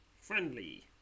Friendly